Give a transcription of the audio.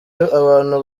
abantu